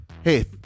Hey